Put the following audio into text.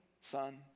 son